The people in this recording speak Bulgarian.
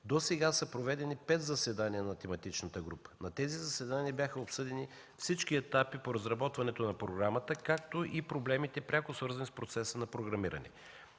Досега са проведени 5 заседания на тематичната група. На тези заседания бяха обсъдени всички етапи по разработването на програмата, както и проблемите, пряко свързани с процеса на програмиране.